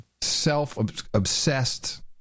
Self-obsessed